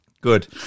Good